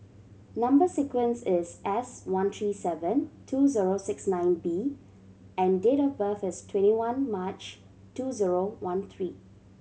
number sequence is S one three seven two zero six nine B and date of birth is twenty one March two zero one three